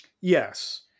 yes